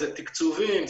זה תקצובים,